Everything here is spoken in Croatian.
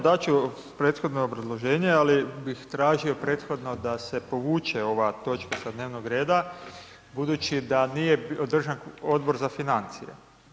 Dat ću prethodno obrazloženje, ali bih tražio prethodno da se povuče ova točka sa dnevnog reda budući da nije održan Odbor za financije.